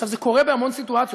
עכשיו, זה קורה בהמון סיטואציות.